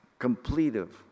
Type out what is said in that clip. completive